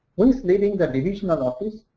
who is leading the divisional office?